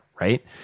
Right